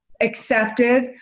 accepted